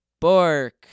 Bork